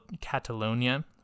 Catalonia